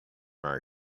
our